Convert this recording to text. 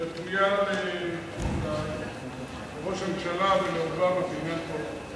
זו פנייה לראש הממשלה ולעוזריו בעניין פולארד.